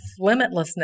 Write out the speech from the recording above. limitlessness